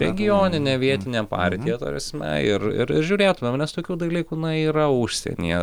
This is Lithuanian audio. regioninė vietinė partija ta prasme ir ir žiūrėtumėm nes tokių dalykų na yra užsienyje